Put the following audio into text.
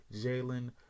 Jalen